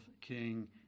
King